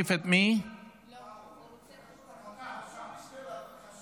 אני קובע כי הצעת חוק שירותי הדת היהודיים (תיקון מס'